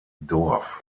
dorf